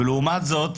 לעומת זאת,